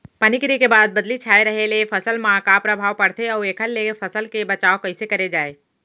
पानी गिरे के बाद बदली छाये रहे ले फसल मा का प्रभाव पड़थे अऊ एखर ले फसल के बचाव कइसे करे जाये?